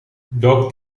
welk